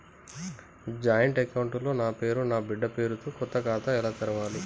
Joint account లో నా పేరు నా బిడ్డే పేరు తో కొత్త ఖాతా ఎలా తెరవాలి?